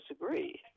disagree